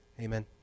Amen